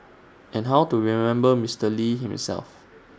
and how to remember Mister lee himself